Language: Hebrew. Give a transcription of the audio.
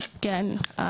כן,